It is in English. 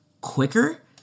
quicker